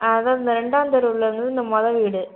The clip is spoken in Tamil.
ஆ அதான் இந்த ரெண்டாம் தெருவில் வந்து இந்த முத வீடு